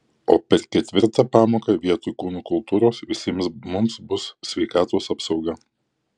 o per ketvirtą pamoką vietoj kūno kultūros visiems mums bus sveikatos apsauga